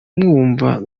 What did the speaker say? mwumva